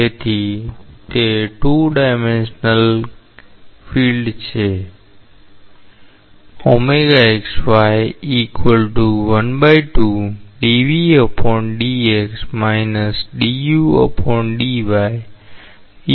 તેથી તે 2 ડાયમેન્સનલ ક્ષેત્ર છે